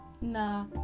Nah